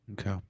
Okay